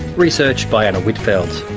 research by anna whitfeld.